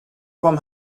kwam